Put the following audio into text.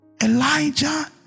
Elijah